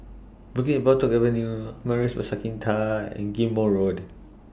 Bukit Batok Avenue Amaris By Santika and Ghim Moh Road